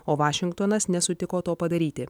o vašingtonas nesutiko to padaryti